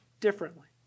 differently